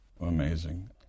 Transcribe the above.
Amazing